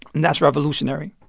and that's revolutionary.